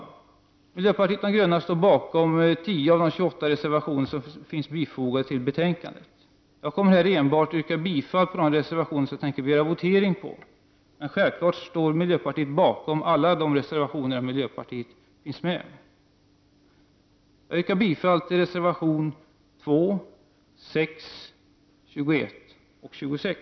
Miljöpartiet de gröna står bakom 10 av de 28 reservationer som finns fogade till betänkandet. Jag kommer här enbart att yrka bifall till de reservationer som jag tänker begära votering på. Självfallet står miljöpartiet bakom alla de reservationer där miljöpartiet står med. Jag yrkar bifall till reservationerna 2, 6, 21 och 26.